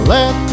Let